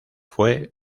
fue